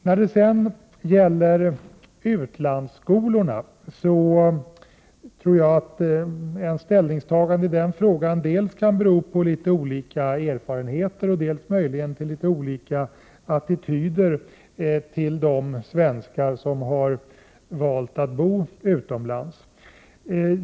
När det sedan gäller utlandsskolorna tror jag att ställningstagandena i den frågan kan bero, dels på litet olika erfarenheter, dels möjligen på litet olika attityder till de svenskar som har valt att bo utomlands.